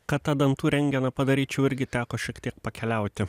kad tą dantų rentgeną padaryčiau irgi teko šiek tiek pakeliauti